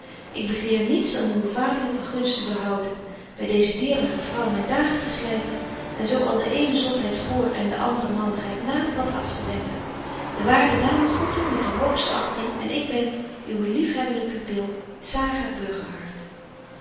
ik begeer niets dan uwe vaderlyke gunst te behouden by deze dierbare vrouw myn dagen te slyten en zo al de eene zotheid voor en de andere malligheid na wat af te wennen de waarde dame groet u met de hoogste achting en ik ben uwe liefhebbende pupil